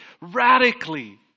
radically